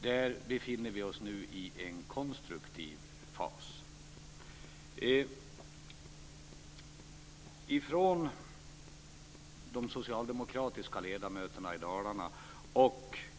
Där befinner vi oss nu i en konstruktiv fas.